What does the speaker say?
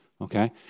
Okay